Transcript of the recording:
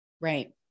Right